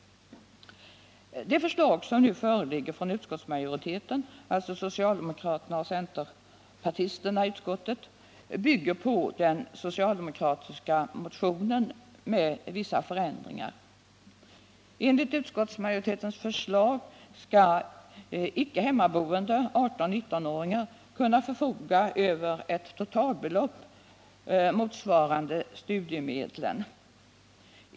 Det förslag som nu föreligger från utskottsmajoriteten — alltså socialdemokraterna och centerpartisterna i utskottet — bygger på den socialdemokratiska motionen, men i den har dock gjorts vissa förändringar. Enligt förslaget skall icke-hemmaboende 18-19-åringar kunna förfoga över ett totalbelopp motsvarande studiemedlen.